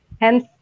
Hence